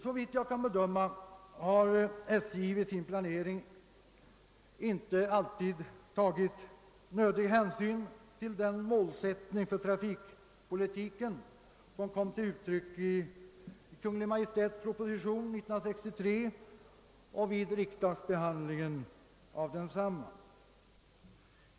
Såvitt jag kan bedöma har SJ vid sin planering inte alltid tagit nödig hänsyn till den målsättning för trafikpolitiken som kom till uttryck i Kungl. Maj:ts proposition 1963 och vid riksdagsbehandlingen av densamma.